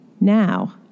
now